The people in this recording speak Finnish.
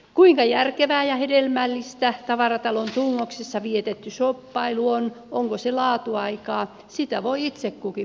kuinka järkevää ja hedelmällistä tavaratalon tungoksessa vietetty shoppailu on onko se laatuaikaa sitä voi itse kukin miettiä